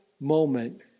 moment